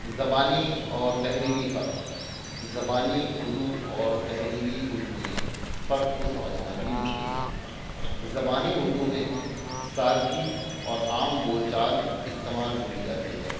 زبانی اور تحریری فرق زبانی اردو اور تحریری اردو میں فرق کو سمجھنا بھی مشکل تھا زبانی اردو میں سادگی اور عام بول چال استعمال بولی جاتی ہے